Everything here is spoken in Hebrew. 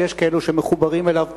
ויש כאלו שמחוברים אליו פחות,